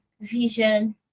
vision